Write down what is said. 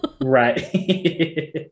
Right